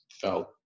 felt